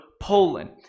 Poland